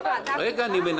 אתם שואלים אותו